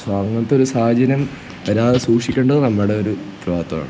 so അങ്ങനത്തൊരു സാഹചര്യം വരാതെ സൂക്ഷിക്കണ്ടത് നമ്മുടെ ഒരു ഉത്തരവാദിത്വമാണ്